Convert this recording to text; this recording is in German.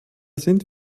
sind